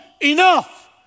enough